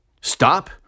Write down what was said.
Stop